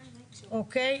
אוקי.